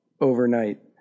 overnight